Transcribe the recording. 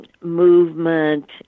movement